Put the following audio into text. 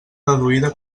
deduïda